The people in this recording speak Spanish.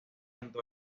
tanto